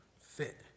fit